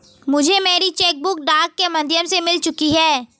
मुझे मेरी cheque book डाक के माध्यम से मिल चुकी है